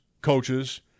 coaches